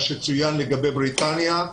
מה שצוין לגבי בריטניה.